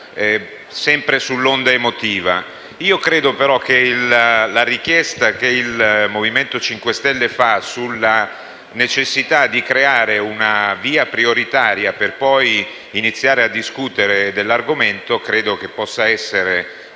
Credo, però, che la richiesta che il Movimento 5 Stelle avanza sulla necessità di creare una via prioritaria per iniziare a discutere dell'argomento possa essere francamente